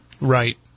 Right